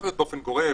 להיות באופן גורף,